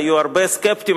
היו הרבה סקפטים,